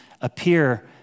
appear